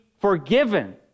forgiven